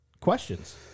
questions